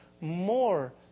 more